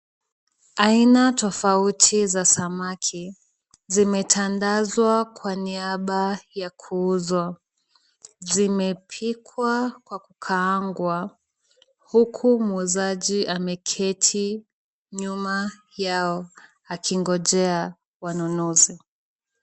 Aina tofauti za samaki zimetandazwa kwa niaba ya kuuzwa, zimepikwa kwa kukaangwa, huku muuzaji ameketi nyuma yao, akingojea wanunuzi.